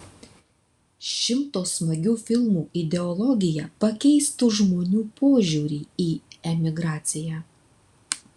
šimto smagių filmų ideologija pakeistų žmonių požiūrį į emigraciją